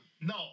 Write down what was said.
No